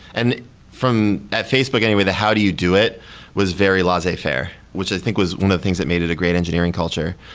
and at facebook anyway, the how do you do it was very laissez faire, which i think was one of things that made it a great engineering culture.